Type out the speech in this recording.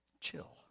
chill